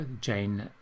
Jane